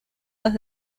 los